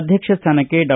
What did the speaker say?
ಅಧ್ಯಕ್ಷ ಸ್ಥಾನಕ್ಕೆ ಡಾ